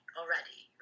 already